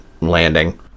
landing